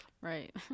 Right